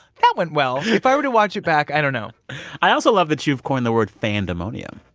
that went well. if i were to watch it back, i don't know i also love that you've coined the word fandemonium.